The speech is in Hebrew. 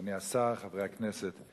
אדוני השר, חברי הכנסת,